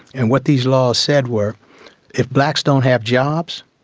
and what these laws said were if blacks don't have jobs,